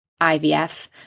IVF